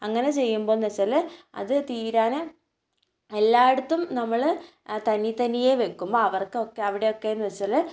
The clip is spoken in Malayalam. അങ്ങനെ ചെയ്യുമ്പോളെന്ന് വെച്ചാൽ അത് തീരാൻ എല്ലായിടത്തും നമ്മൾ തനി തനിയെ വെക്കും അവർക്കൊക്കെ അവിടെയൊക്കെ എന്നു വെച്ചാൽ